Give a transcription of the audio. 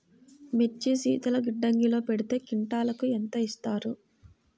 మిర్చి శీతల గిడ్డంగిలో పెడితే క్వింటాలుకు ఎంత ఇస్తారు?